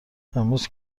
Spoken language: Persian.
امروز